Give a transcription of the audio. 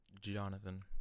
Jonathan